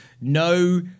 no